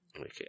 Okay